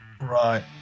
right